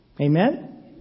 Amen